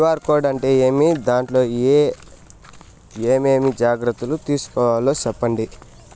QR code అంటే ఏమి? దాంట్లో ఏ ఏమేమి జాగ్రత్తలు తీసుకోవాలో సెప్పండి?